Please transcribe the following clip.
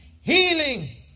healing